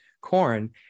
corn